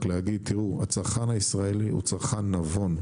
רק להגיד שהצרכן הישראלי הוא צרכן נבון,